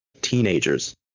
teenagers